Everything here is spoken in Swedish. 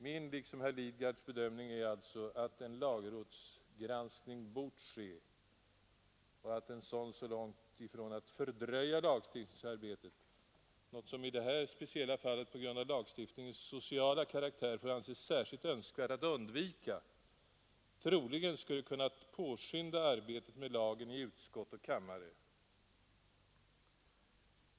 Min liksom herr Lidgards bedömning är alltså att en lagrådsgranskning bort ske och att en sådan så långt ifrån att fördröja lagstiftningsarbetet — något som det i detta speciella fall på grund av lagstiftningens sociala karaktär får anses särskilt önskvärt att undvika — troligen skulle kunnat påskynda arbetet med lagen i utskott och kammare.